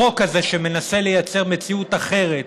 החוק הזה, שמנסה לייצר מציאות אחרת,